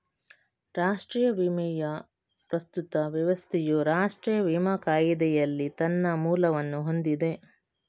ರಾಷ್ಟ್ರೀಯ ವಿಮೆಯ ಪ್ರಸ್ತುತ ವ್ಯವಸ್ಥೆಯು ರಾಷ್ಟ್ರೀಯ ವಿಮಾ ಕಾಯಿದೆಯಲ್ಲಿ ತನ್ನ ಮೂಲವನ್ನು ಹೊಂದಿದೆ